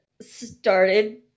started